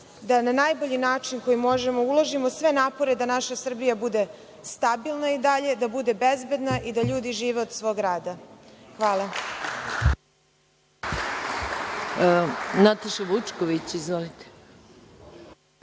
da na najbolji način koji možemo uložimo sve napore da naša Srbija bude stabilna i dalje, da bude bezbedna i da ljudi žive od svog rada. Hvala.